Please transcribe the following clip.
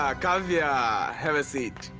ah kavya. have a seat.